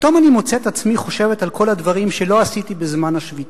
פתאום אני מוצאת את עצמי חושבת על כל הדברים שלא עשיתי בזמן השביתה: